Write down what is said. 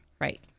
right